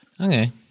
Okay